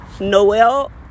Noel